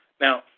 Now